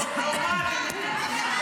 זה הצבא שלנו.